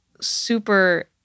super